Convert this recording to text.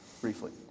Briefly